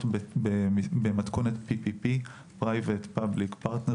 במתכונת Public Private Partnership.